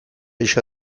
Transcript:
ixa